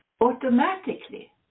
automatically